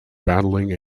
battling